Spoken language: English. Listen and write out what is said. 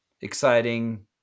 exciting